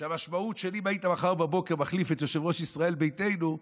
שאם היית מחר בבוקר מחליף את יושב-ראש ישראל ביתנו,